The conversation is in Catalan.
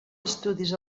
estudis